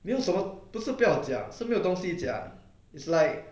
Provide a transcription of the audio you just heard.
没有什么不是不要讲是没有东西讲 is like